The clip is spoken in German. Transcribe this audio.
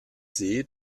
see